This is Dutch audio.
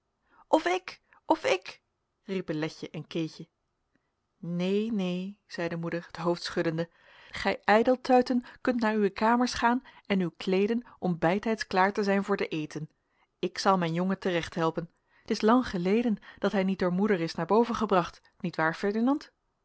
of ik of ik riepen letje en keetje neen neen zeide moeder het hoofd schuddende gij ijdeltuiten kunt naar uwe kamers gaan en u kleeden om bijtijds klaar te zijn voor den eten ik zal mijn jongen te recht helpen t is lang geleden dat hij niet door moeder is naar boven gebracht nietwaar ferdinand